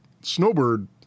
snowbird